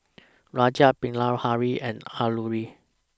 Rajat Bilahari and Alluri